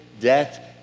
death